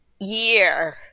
year